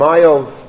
Miles